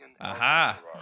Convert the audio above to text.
Aha